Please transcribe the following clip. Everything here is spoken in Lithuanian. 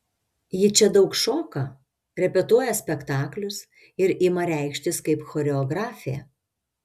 ji čia daug šoka repetuoja spektaklius ir ima reikštis kaip choreografė